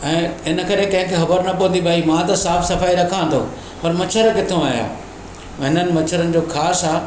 ऐं इनकरे कंहिं खे ख़बर न पवंदी भई मां त साफ़ु सफ़ाई रखां थो पर मछरु किथा आया हिननि मछरनि जो ख़ासि आहे